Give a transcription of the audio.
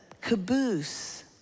caboose